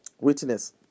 witness